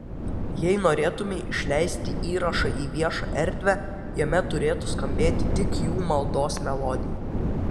jei norėtumei išleisti įrašą į viešą erdvę jame turėtų skambėti tik jų maldos melodija